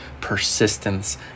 persistence